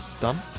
Done